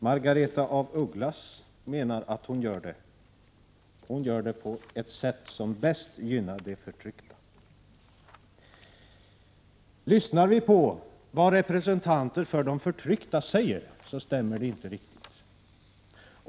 Margaretha af Ugglas menar att hon står på de förtrycktas sida och att hon gör det på ett sätt som bäst gynnar de förtryckta. Men lyssnar vi på vad representanter för de förtryckta säger stämmer det inte riktigt.